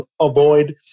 avoid